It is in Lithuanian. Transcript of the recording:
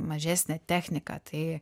mažesnę techniką tai